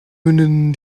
münden